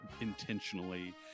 intentionally